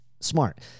Smart